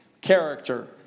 character